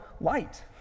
light